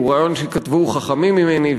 הוא רעיון שכתבו חכמים ממני,